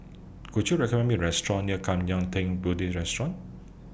Could YOU recommend Me A Restaurant near Kwan Yam Theng Buddhist Restaurant